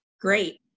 great